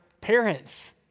parents